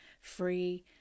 free